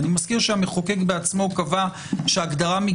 אני מזכיר שהמחוקק בעצמו קבע שהפרדה